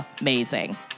amazing